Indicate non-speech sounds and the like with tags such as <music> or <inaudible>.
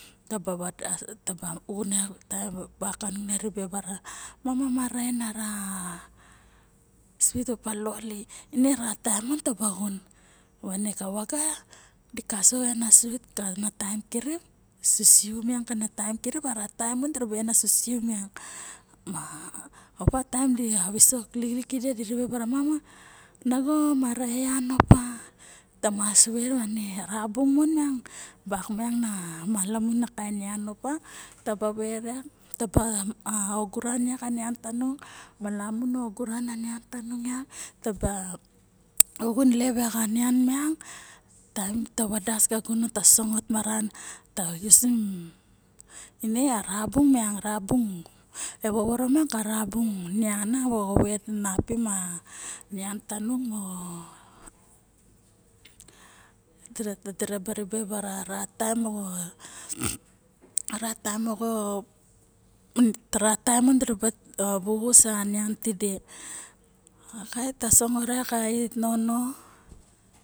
Taba vadas vak taba xun vak bak kanung ara mama mara en sait opa loty ine ra taem mon taba xun ne ka vaga di kasoxo ena sait kana taem kiris sisiumiang kana taem kirip dira ena sisiu ma nago mara e yan opa ta mas vet yorin ra bung mon na malamun a kaen miang opa taba vet yak a oguran anian tanung malamu nuoguran nian tanung malemu nu oguran a nian tanung diu yak taba xun lep a nian miang taem ta vadas ka gunon ta sosongot maran ta usim ine xa ra gunon e vovoro maxa ra bung ma mo vet napim nian tanun diraba vet napim taem moxo ra taem mo ra taem mo dira ba vuxus a nian tide okay ta sangot a ait nono <noise>